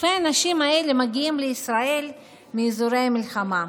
אלפי האנשים האלה מגיעים לישראל מאזורי המלחמה,